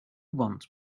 want